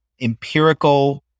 empirical